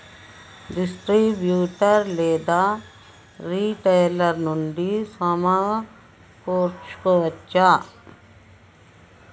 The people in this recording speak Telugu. ఇతర డిస్ట్రిబ్యూటర్ లేదా రిటైలర్ నుండి సమకూర్చుకోవచ్చా?